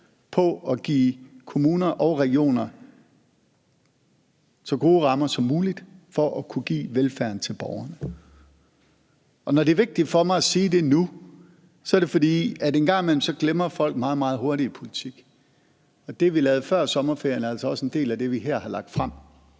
på at give kommuner og regioner så gode rammer som muligt for at kunne give velfærden til borgerne. Kl. 16:23 Når det er vigtigt for mig at sige det nu, er det, fordi folk en gang imellem meget, meget hurtigt glemmer i politik, at det, vi lavede før sommerferien, altså også er en del af det, vi her har lagt frem.